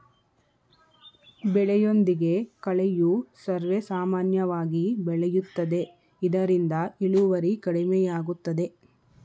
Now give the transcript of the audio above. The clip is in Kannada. ಬೆಳೆಯೊಂದಿಗೆ ಕಳೆಯು ಸರ್ವೇಸಾಮಾನ್ಯವಾಗಿ ಬೆಳೆಯುತ್ತದೆ ಇದರಿಂದ ಇಳುವರಿ ಕಡಿಮೆಯಾಗುತ್ತದೆ